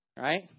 right